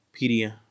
pedia